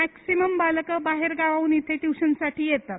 maximum बालक बाहेर गावाहून इथे ट्युशनसाठी येतात